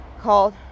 called